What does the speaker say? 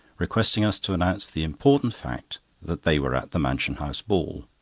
requesting us to announce the important fact that they were at the mansion house ball.